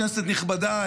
כנסת נכבדה,